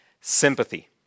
sympathy